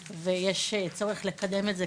ויש צורך לקדם את זה,